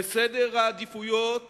וסדר העדיפויות